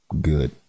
good